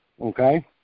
okay